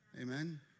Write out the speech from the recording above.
Amen